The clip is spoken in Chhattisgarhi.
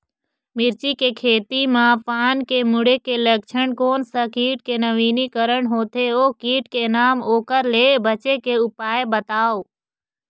मिर्ची के खेती मा पान के मुड़े के लक्षण कोन सा कीट के नवीनीकरण होथे ओ कीट के नाम ओकर ले बचे के उपाय बताओ?